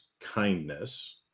kindness